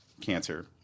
cancer